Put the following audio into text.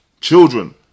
children